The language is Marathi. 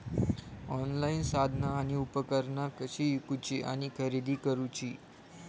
ऑनलाईन साधना आणि उपकरणा कशी ईकूची आणि खरेदी करुची?